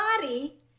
body